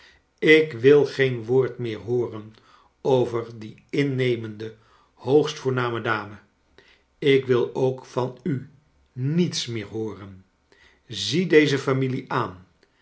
ik wil geen woord meer hooren over die innemende hoogst voor name dame ik wil ook van u niets meer hooren zie deze familie aan